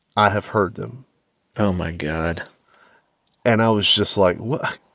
i have heard them oh, my god and i was just like, what